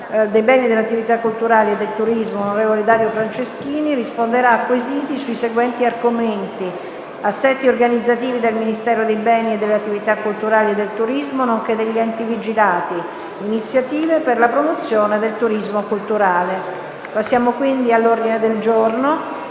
dei beni e delle attività culturali e del turismo, onorevole Dario Franceschini, risponderà a quesiti sui seguenti argomenti: assetti organizzativi del Ministero dei beni e delle attività culturali e del turismo nonché degli enti vigilati; iniziative per la promozione del turismo culturale. **Seguito della discussione del disegno